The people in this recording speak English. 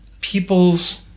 people's